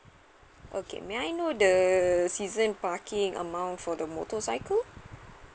okay may I know the season parking amount for the motorcycle